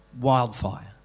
wildfire